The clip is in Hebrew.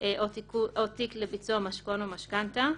"או תיק לביצוע משכון או משכנתא".